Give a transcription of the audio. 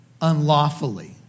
unlawfully